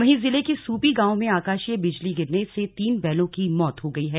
वहीं जिले के सूपी गांव में आकाशीय बिजली गिरने से तीन बैलों की मौत हो गई है